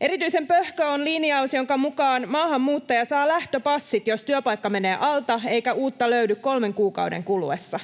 Erityisen pöhkö on linjaus, jonka mukaan maahanmuuttaja saa lähtöpassit, jos työpaikka menee alta eikä uutta löydy kolmen kuukauden kuluessa.